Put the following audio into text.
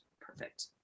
perfect